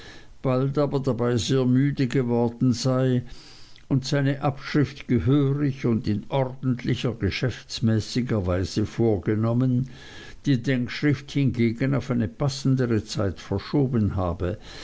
bald aber dabei sehr müde geworden sei und seine abschrift gehörig und in ordentlicher geschäftsmäßiger weise vorgenommen die denkschrift hingegen auf eine passendere zeit verschoben habe